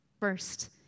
First